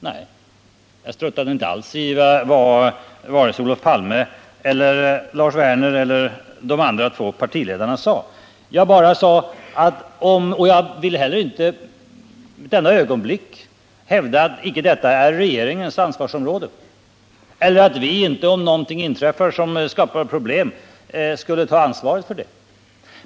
Nej, jag struntade inte alls i vad Olof Palme, Lars Werner och de andra två partiledarna sade. Jag ville inte heller ett enda ögonblick hävda att detta inte är regeringens ansvarsområde eller att vi inte, om någonting inträffar som skapar problem, skulle ta ansvaret för det.